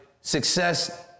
Success